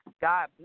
God